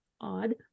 odd